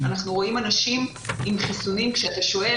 אנחנו רואים אנשים עם חיסונים וכשאתה שואל